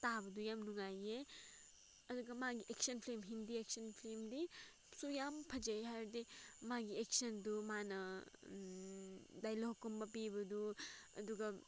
ꯇꯥꯕꯗꯨ ꯌꯥꯝ ꯅꯨꯡꯉꯥꯏꯌꯦ ꯑꯗꯨꯒ ꯃꯥꯒꯤ ꯑꯦꯛꯁꯟ ꯐꯤꯂꯝ ꯍꯤꯟꯗꯤ ꯑꯦꯛꯁꯟ ꯐꯤꯂꯝꯗꯤꯁꯨ ꯌꯥꯝ ꯐꯖꯩ ꯍꯥꯏꯕꯗꯤ ꯃꯥꯒꯤ ꯑꯦꯛꯁꯟꯗꯨ ꯃꯥꯅ ꯗꯥꯏꯂꯣꯛꯀꯨꯝꯕ ꯄꯤꯕꯗꯨ ꯑꯗꯨꯒ